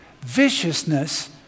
viciousness